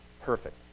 perfect